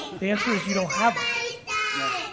the answer is you don't have yeah